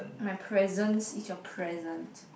my presence is your present